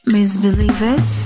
Misbelievers